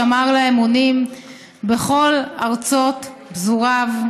שמר לה אמונים בכל ארצות פזוריו,